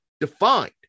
defined